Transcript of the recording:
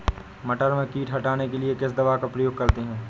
मटर में कीट हटाने के लिए किस दवा का प्रयोग करते हैं?